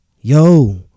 yo